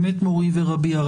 מורי ורבי,